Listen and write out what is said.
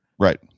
Right